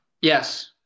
Yes